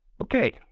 okay